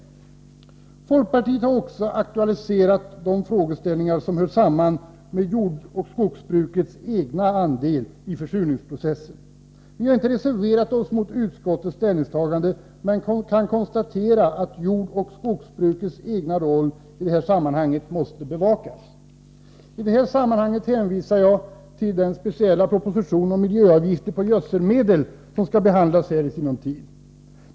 Folkpartiet har också aktualiserat de frågeställningar som hör samman med jordoch skogsbrukets egen andel i försurningsprocessen. Vi har inte reserverat oss mot utskottets ställningstagande men kan konstatera att jordoch skogsbrukets egen roll därvidlag måste bevakas. I detta sammanhang hänvisar jag till den speciella proposition om miljöavgifter på gödselmedel som skall behandlas här i sinom tid.